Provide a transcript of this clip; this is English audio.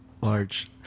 large